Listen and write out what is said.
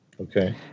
Okay